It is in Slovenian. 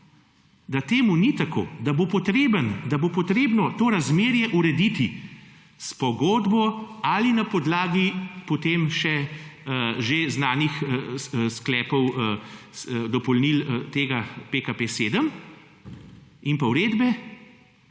da temu ni tako, da bo potrebno to razmerje urediti s pogodbo ali na podlagi potem še že znanih sklepov, dopolnil tega PKP 7 in pa uredbe,